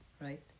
right